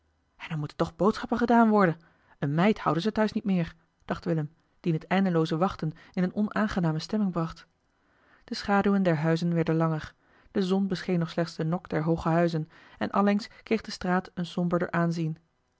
en er moeten toch boodschappen gedaan worden eene meid houden ze thuis niet meer dacht willem dien het eindelooze wachten in eene onaangename stemming bracht de schaduwen der huizen werden langer de zon bescheen nog slechts de nok der hooge huizen en allengs kreeg de straat een somberder aanzien